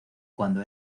cuando